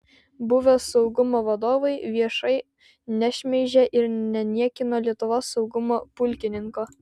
buvę saugumo vadovai viešai nešmeižė ir neniekino lietuvos saugumo pulkininko